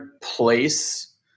place